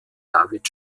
david